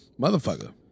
Motherfucker